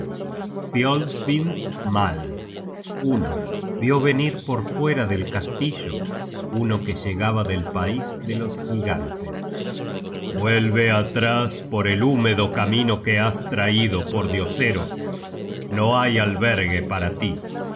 generated at vió venir por fuera del castillo uno que llegaba del pais de los gigantes vuelve atrás por el húmedo camino que has traido pordiosero no hay albergue para tí